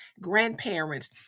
grandparents